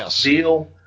deal